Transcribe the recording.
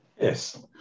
Yes